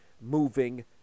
moving